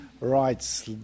Right